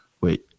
Wait